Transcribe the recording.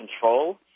control